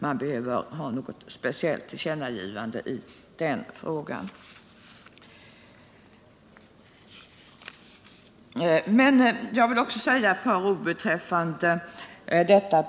Man behöver därför inte göra något speciellt tillkännagivande i den frågan.